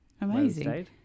Amazing